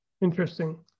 Interesting